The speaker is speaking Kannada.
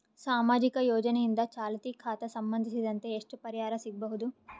ಸಾಮಾಜಿಕ ಯೋಜನೆಯಿಂದ ಚಾಲತಿ ಖಾತಾ ಸಂಬಂಧಿಸಿದಂತೆ ಎಷ್ಟು ಪರಿಹಾರ ಸಿಗಬಹುದು?